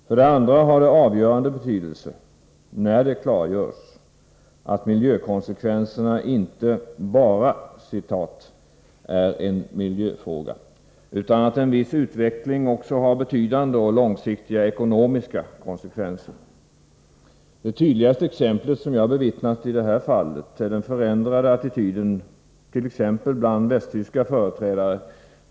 För det andra har det avgörande betydelse när det klargörs att miljökonsekvenserna inte ”bara” är en miljöfråga, utan att en viss utveckling också har betydande och långsiktiga ekonomiska konsekvenser. Det tydligaste exempel på detta som jag bevittnat är den förändrade attityden bland t.ex. västtyska företrädare.